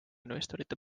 investorite